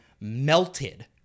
melted